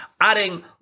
Adding